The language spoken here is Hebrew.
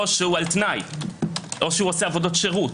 או הוא על תנאי או עושה עבודות שירות